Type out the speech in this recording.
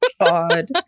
God